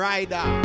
Rider